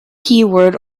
keyword